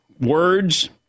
words